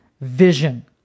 vision